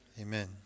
Amen